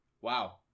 Wow